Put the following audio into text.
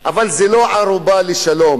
אבל זה לא ערובה לשלום.